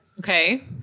Okay